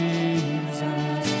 Jesus